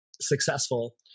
successful